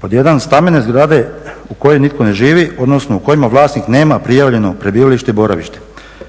Pod 1. stambene zgrade u kojima nitko ne živi odnosno u kojima vlasnik nema prijavljeno prebivalište i boravište.